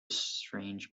strange